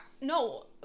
no